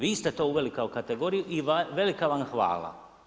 Vi ste to uveli kao kategoriju i velika vam hvala.